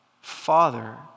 Father